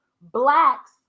Blacks